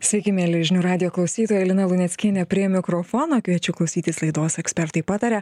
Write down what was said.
sveiki mieli žinių radijo klausytojai lina luneckienė prie mikrofono kviečiu klausytis laidos ekspertai pataria